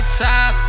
top